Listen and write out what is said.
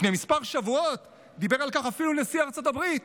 לפני מספר שבועות דיבר על כך אפילו נשיא ארצות הברית.